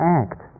act